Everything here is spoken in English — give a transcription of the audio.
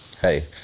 Hey